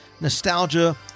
nostalgia